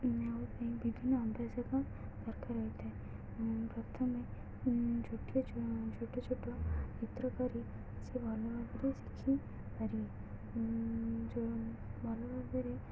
ପାଇଁ ବିଭିନ୍ନ ଆଭ୍ୟାସକ ଦରକାର ହୋଇଥାଏ ପ୍ରଥମେ ଛୋଟିଆ ଛୋଟ ଛୋଟ ଚିତ୍ର କରି ସେ ଭଲ ଭାବରେ ଶିଖିପାରିବେ ଯୋ ଭଲ ଭାବରେ